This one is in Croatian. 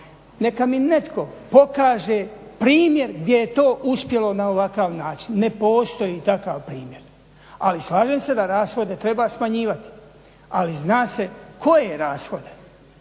Neka mi netko pokaže primjer gdje je to uspjelo na ovakav način. Ne postoji takav primjer. Ali, slažem se da rashode treba smanjivati. Ali zna se koje rashode.